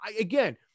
again